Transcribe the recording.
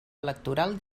electoral